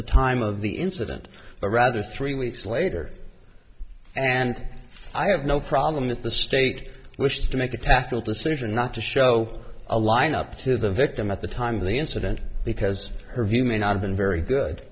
the time of the incident but rather three weeks later and i have no problem if the state wishes to make a tackle decision not to show a line up to the victim at the time the incident because her view may not been very good